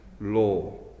law